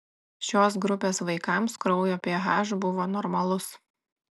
šios grupės vaikams kraujo ph buvo normalus